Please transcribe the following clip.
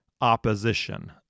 opposition